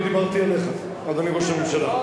לא דיברתי עליך, אדוני ראש הממשלה.